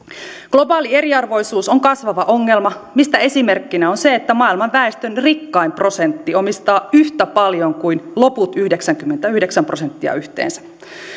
globaali eriarvoisuus on kasvava ongelma mistä esimerkkinä on se että maailman väestön rikkain prosentti omistaa yhtä paljon kuin loput yhdeksänkymmentäyhdeksän prosenttia yhteensä